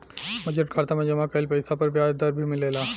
budget खाता में जमा कइल पइसा पर ब्याज दर भी मिलेला